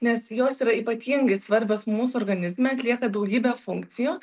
nes jos yra ypatingai svarbios mūsų organizme atlieka daugybę funkcijų